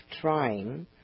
trying